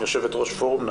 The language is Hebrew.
אני